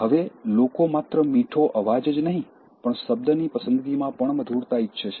હવે લોકો માત્ર મીઠો અવાજ જ નહીં પણ શબ્દની પસંદગીમાં પણ મધુરતા ઈચ્છે છે